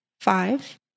five